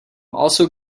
also